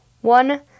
one